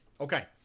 Okay